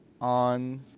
on